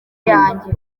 yanjye